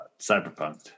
Cyberpunk